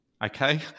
Okay